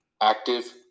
active